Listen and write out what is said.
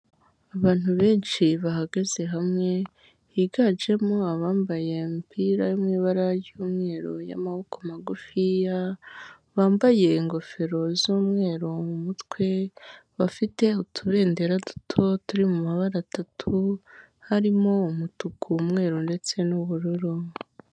Abantu benshi bahagaze hamwe higanjemo abambaye imipira mubara ry'umweru y'amaboko magufiya, bambaye ingofero z'umweru mu mutwe bafite utubendera duto turi mu mabara atatu harimo umutuku, umweru ndetse n'ubururu.